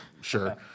sure